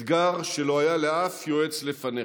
אתגר שלא היה לאף יועץ לפניך.